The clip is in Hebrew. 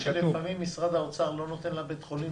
לפעמים משרד האוצר לא נותן לבית החולים,